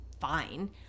fine